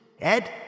Ed